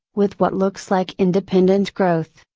with what looks like independent growth,